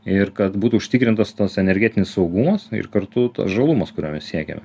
ir kad būtų užtikrintos tos energetinis saugumas ir kartu tas žalumas kurio mes siekiame